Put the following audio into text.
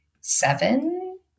seven